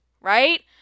right